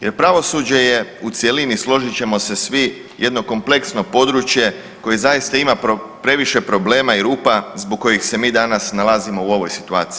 Jer pravosuđe je u cjelini, složit ćemo se svi, jedno kompleksno područje koje zaista ima previše problema i rupa zbog kojih se mi danas nalazimo u ovoj situaciji.